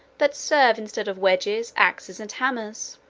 that serve instead of wedges, axes, and hammers.